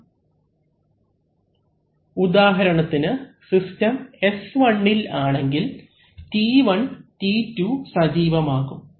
അവലംബിക്കുന്ന സ്ലൈഡ് സമയം 0926 ഉദാഹരണത്തിന് സിസ്റ്റം S1ഇൽ ആണെങ്കിൽ T1 T2 സജീവം ആകും